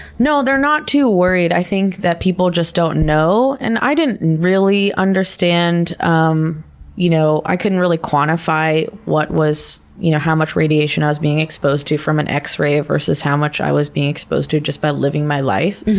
no, they're not too worried. i think that people just don't know. and i didn't really understand, um you know i couldn't really quantify you know how much radiation i was being exposed to from an x-ray versus how much i was being exposed to just by living my life.